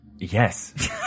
Yes